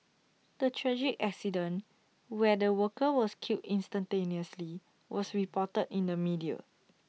the tragic accident where the worker was killed instantaneously was reported in the media